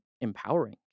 empowering